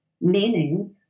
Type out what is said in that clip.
meanings